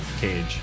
cage